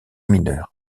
mineure